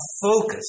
focus